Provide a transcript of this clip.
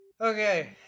Okay